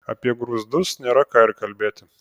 apie grūzdus nėra ką ir kalbėti